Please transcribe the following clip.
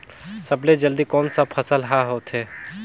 सबले जल्दी कोन सा फसल ह होथे?